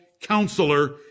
Counselor